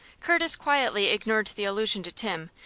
curtis quietly ignored the allusion to tim,